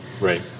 Right